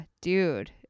dude